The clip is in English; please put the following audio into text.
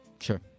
Sure